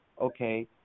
okay